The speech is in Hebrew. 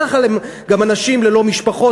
בדרך כלל הם גם אנשים ללא משפחות,